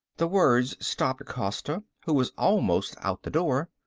the words stopped costa, who was almost out the door.